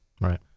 Right